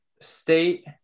State